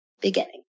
beginning